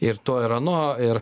ir to ir ano ir